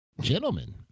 gentlemen